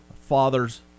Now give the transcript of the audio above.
father's